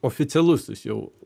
oficialusis jau